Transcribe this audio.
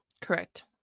Correct